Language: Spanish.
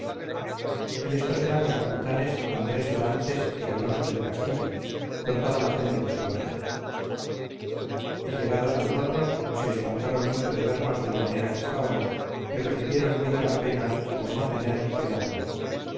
y estos eran los capitanes andrés dorantes y alonso del castillo con toda la gente de su barca y llegados a nosotros se espantaron mucho de vernos de la manera que estábamos y recibieron muy gran pena por no tener qué darnos